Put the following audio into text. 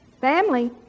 Family